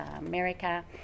America